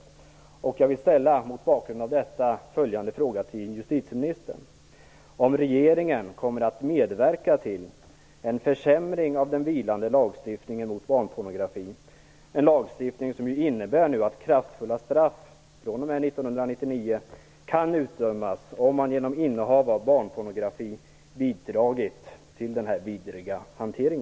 Mot bakgrund av detta vill jag ställa följande fråga till justitieministern: Kommer regeringen att medverka till en försämring av den vilande lagstiftningen mot barnpornografi? Lagstiftningen innebär att kraftfulla straff kan utdömas fr.o.m. 1999 om man genom innehav av barnpornografi bidragit till denna vidriga hantering.